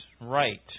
right